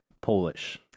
Polish